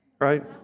right